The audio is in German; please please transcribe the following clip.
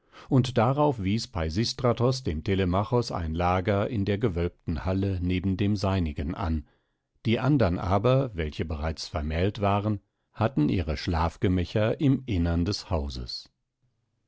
und darauf wies peisistratos dem telemachos ein lager in der gewölbten halle neben dem seinigen an die andern aber welche bereits vermählt waren hatten ihre schlafgemächer im innern des hauses